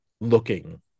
looking